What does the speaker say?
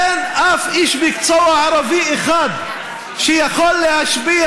אין אף איש מקצוע ערבי אחד שיכול להשפיע